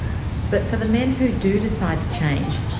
but for the men who do decide to change,